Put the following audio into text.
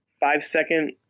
five-second